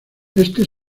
este